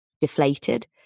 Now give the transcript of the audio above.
deflated